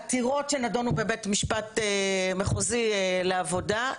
עתירות שנידונו בבית משפט מחוזי לעבודה.